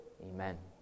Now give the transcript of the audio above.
Amen